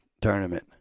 tournament